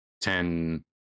ten